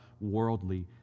worldly